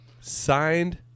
signed